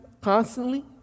constantly